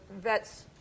vets